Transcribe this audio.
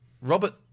Robert